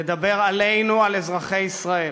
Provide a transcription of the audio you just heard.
לדבר עלינו, על אזרחי ישראל,